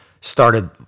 started